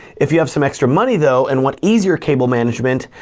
if you have some extra money though, and want easier cable management,